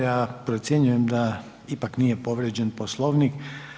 Ja procjenjujem da ipak nije povrijeđen Poslovnik.